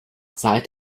seit